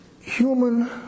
Human